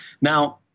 Now